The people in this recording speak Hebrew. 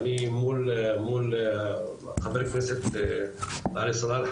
ואני מול חבר הכנסת עלי סלאלחה,